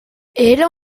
era